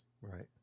Right